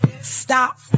stop